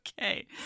Okay